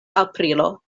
aprilo